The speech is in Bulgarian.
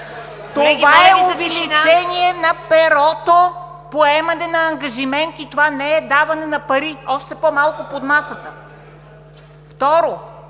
Това е увеличение на перото, поемане на ангажименти. Това не е даване на пари. Още по-малко под масата. Второ,